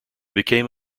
became